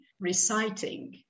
reciting